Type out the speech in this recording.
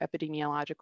epidemiological